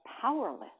powerless